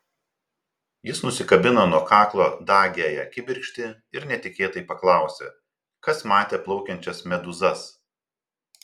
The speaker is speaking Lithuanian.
jis nusikabino nuo kaklo dagiąją kibirkštį ir netikėtai paklausė kas matė plaukiančias medūzas